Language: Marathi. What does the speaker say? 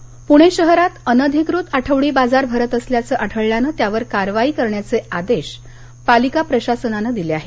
आठवडी बाजार पुणे शहरात अनधिकृत आठवडी बाजार भरत असल्याचं आढळल्यानं त्यावर कारवाई करण्याचे आदेश पालिका प्रशासनाने दिले आहेत